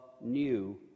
New